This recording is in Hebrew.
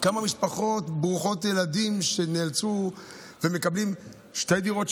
כמה משפחות ברוכות ילדים שנאלצו ומקבלות שתי דירות,